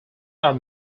are